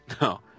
No